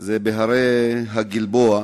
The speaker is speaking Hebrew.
הוא בהרי הגלבוע.